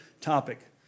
topic